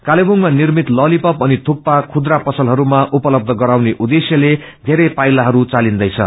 कालेवुङ्या निर्मित ललिपप अनि थुक्पा खुद्रा पसलहरूमा उपलब्ध गराउने उद्देश्यले धेरै पाइलाहरू चालिन्दैछ